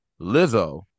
lizzo